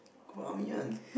confirm army one